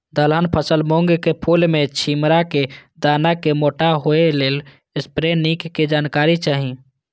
दलहन फसल मूँग के फुल में छिमरा में दाना के मोटा होय लेल स्प्रै निक के जानकारी चाही?